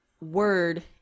word